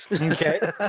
Okay